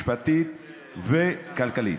משפטית וכלכלית,